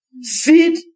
Seed